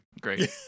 Great